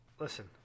Listen